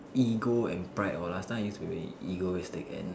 ego and pride all last time I used to be egoistic and